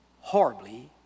horribly